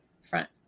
front